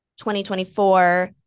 2024